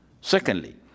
Secondly